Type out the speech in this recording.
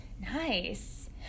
Nice